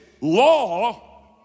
law